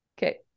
Okay